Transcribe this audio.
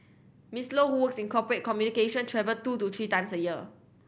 Miss Low who works in corporate communication travel two to three times a year